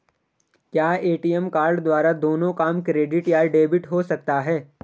क्या ATM card द्वारा दोनों काम क्रेडिट या डेबिट हो सकता है?